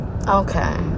Okay